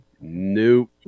Nope